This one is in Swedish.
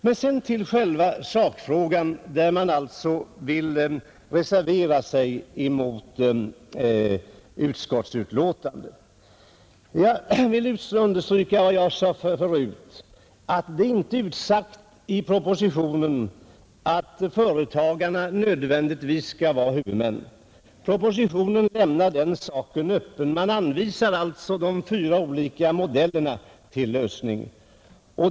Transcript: Vad beträffar själva sakfrågan, där man alltså vill reservera sig mot utskottets förslag, vill jag återigen understryka, att det inte är utsagt i propositionen att företagen nödvändigtvis skall vara huvudmän. Proposi tionen lämnar den frågan öppen och anvisar fyra olika modeller till lösning.